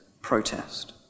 protest